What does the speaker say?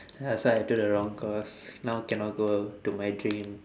ya that's why I took the wrong course now cannot go to my dream